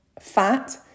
fat